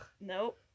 nope